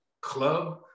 club